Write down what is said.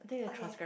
okay